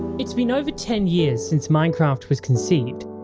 it's been over ten years since minecraft was conceived,